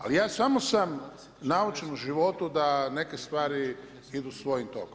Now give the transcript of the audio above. Ali ja samo sam naučen u životu da neke stvari idu svojim tokom.